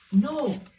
No